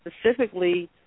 Specifically